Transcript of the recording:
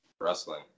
wrestling